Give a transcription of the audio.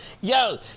yo